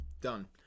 done